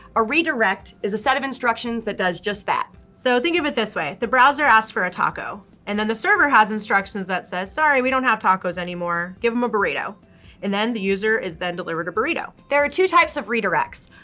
a redirect is a set of instructions that does just that. so think of it this way, the browser asks for a taco and then the server has instructions that says, sorry we don't have tacos anymore, give em a burrito and then the user is then delivered a burrito. there are two types of redirects.